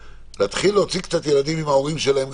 להתחיל קצת להוציא ילדים עם ההורים שלהם,